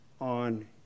on